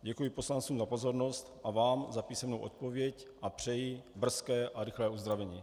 Děkuji poslancům za pozornost a vám za písemnou odpověď a přeji brzké a rychlé uzdravení.